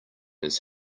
his